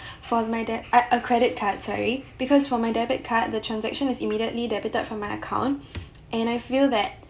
for my dad uh a credit card sorry because for my debit card the transaction is immediately debited from my account and I feel that